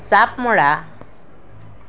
জাঁপ মৰা